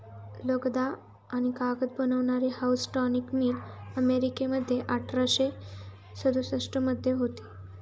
लगदा आणि कागद बनवणारी हाऊसटॉनिक मिल अमेरिकेमध्ये अठराशे सदुसष्ट मध्ये होती